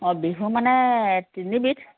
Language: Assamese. অ বিহু মানে তিনিবিধ